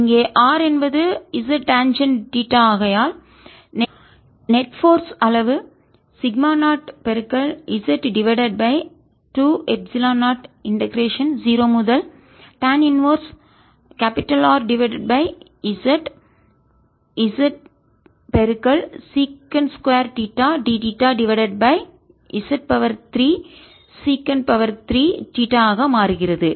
இங்கே r என்பது z tangent theta ஆகையால் நெட் போர்ஸ் நிகர விசை அளவு சிக்மா 0 z டிவைடட் பை 2எப்சிலன் 0 இண்டெகரேஷன் 0 முதல் tan inverse RZ Z secant theta dθ divided by Z 3 secant 3 theta ஆக மாறுகிறது